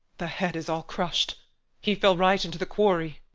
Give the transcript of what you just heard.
the head is all crushed he fell right into the quarry.